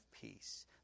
peace